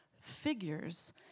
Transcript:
figures